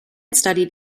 studied